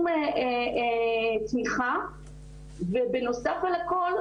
שום תמיכה ובנוסף על הכל,